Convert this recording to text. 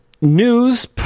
news